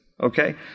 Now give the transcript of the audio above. okay